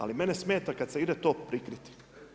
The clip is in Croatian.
Ali mene smeta kada se ide to prikriti.